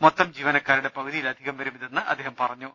മൊത്തം ജീവനക്കാരുടെ പകു തിയിലധികം വരും ഇതെന്ന് അദ്ദേഹം പറഞ്ഞു